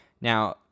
Now